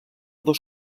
dos